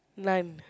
none